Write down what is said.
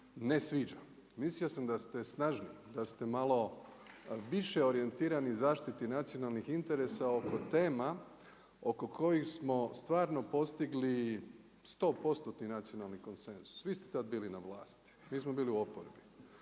ne sviđa. Mislio sam da ste snažni, da ste malo više orijentirani zaštiti nacionalnih interesa oko tema oko kojih smo stvarno postigli stopostotni nacionalni konsenzus. Vi ste tad bili na vlasti, mi smo bili u oporbi.